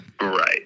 Right